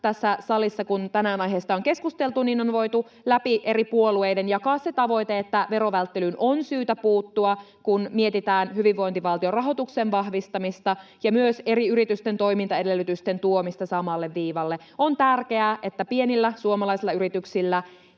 tässä salissa, kun tänään aiheesta on keskusteltu, on voitu läpi eri puolueiden jakaa se tavoite, että verovälttelyyn on syytä puuttua, kun mietitään hyvinvointivaltion rahoituksen vahvistamista ja myös eri yritysten toimintaedellytysten tuomista samalle viivalle. On tärkeää, että pienillä suomalaisilla yrityksillä